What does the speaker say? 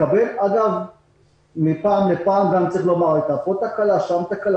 מפעם לפעם היו פה ושם תקלה.